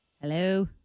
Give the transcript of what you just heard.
Hello